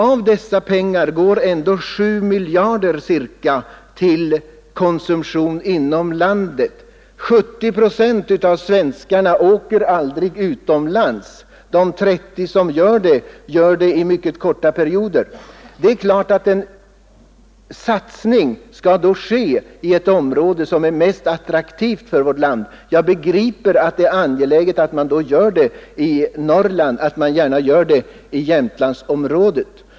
Av dessa pengar går ca 7 miljarder till konsumtion inom landet. Faktum är att 70 procent av svenskarna aldrig åker utomlands. De 30 procent som gör det, gör det i mycket korta perioder. Det är klart att en satsning skall ske i det område som är mest attraktivt i vårt land, och jag begriper att det är angeläget att man då gör den i Norrland, och enligt förslaget i Åreområdet.